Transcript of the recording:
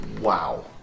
wow